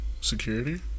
security